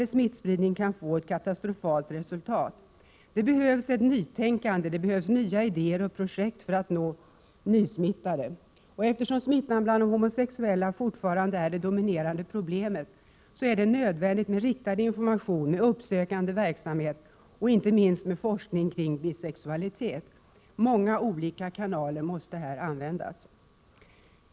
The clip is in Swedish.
En ”smygande” spridning kan medföra ett katastrofalt resultat. Det behövs ett nytänkande, nya idéer och nya projekt för att nå nysmittade. Eftersom smittan bland de homosexuella fortfarande är det dominerande problemet, är det nödvändigt med riktad information, uppsökande verksamhet och inte minst med forskning kring bisexualitet. Många olika kanaler måste här användas.